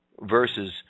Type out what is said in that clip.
Verses